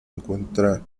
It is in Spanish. encuentra